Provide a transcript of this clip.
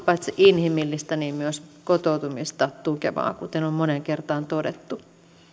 paitsi inhimillistä myös kotoutumista tukevaa kuten on moneen kertaan todettu